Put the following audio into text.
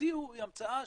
שהמציאו היא המצאה